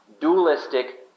Dualistic